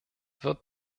wird